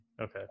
okay